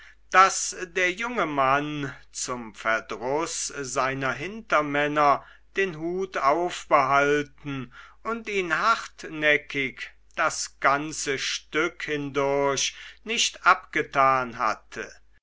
daß der junge mann zum verdruß seiner hintermänner den hut aufbehalten und ihn hartnäckig das ganze stück hindurch nicht abgetan hatte